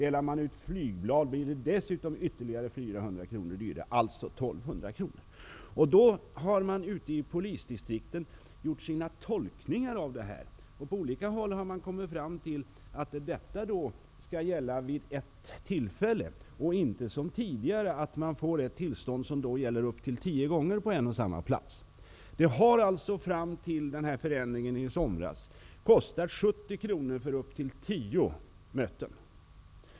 Delar man dessutom ut flygblad, kostar det 400 kr -- det blir totalt 1 200 kr. Ute i polisdistrikten har man gjort sina tolkningar av det här. På olika håll har man kommit fram till att detta skall gälla vid ett tillfälle och inte som tidigare, dvs. att man får ett tillstånd som gäller upp till tio möten på en och samma plats. Det har fram till den här förändringen i somras kostat 70 kr för upp till tio möten.